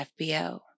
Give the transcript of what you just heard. FBO